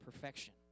perfection